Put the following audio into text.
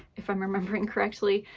if i'm remembering correctly.